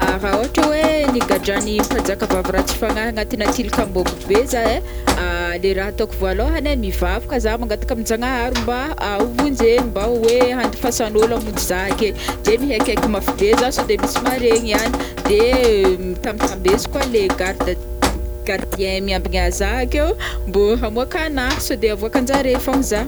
Raha ôhatra oe nigadragny mpanjakavavy ratsy fagnahy agnatina tilikambo ambo be zahay le raha atôko vôloagny ai mivavaka za mangataka aminjagnahary mba hovonjegny mba hoe andifasagny ôlo hamonjy za ake de mihaikeky mafy be za sao de misy maharegny iany de tambitambeziko le garde- gardien miambigna za akeo mbô hamoaka agna sode avoakanjare fôgna za.